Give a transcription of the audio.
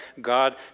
God